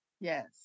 Yes